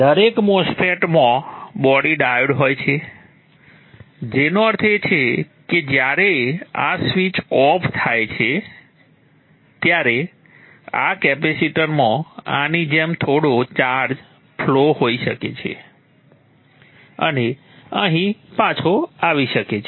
દરેક MOSFET માં body diode હોય છે જેનો અર્થ એ છે કે જ્યારે આ સ્વિચ ઓફ થાય છે ત્યારે આ કેપેસિટરમાં આની જેમ થોડો ચાર્જ ફ્લો હોઈ શકે છે અને અહીં પાછો આવી શકે છે